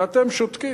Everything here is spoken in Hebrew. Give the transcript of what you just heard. ואתם שותקים.